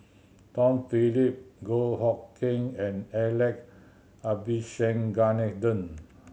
Tom Phillip Goh Hood Keng and Alex Abisheganaden